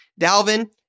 Dalvin